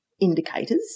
indicators